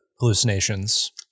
hallucinations